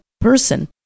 person